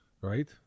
right